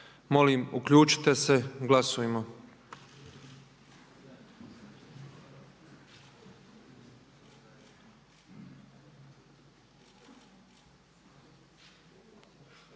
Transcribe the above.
Molim uključite se. Glasujmo.